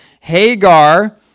Hagar